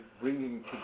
bringing